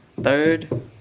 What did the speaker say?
Third